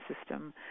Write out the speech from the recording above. system